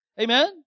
Amen